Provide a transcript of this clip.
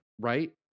right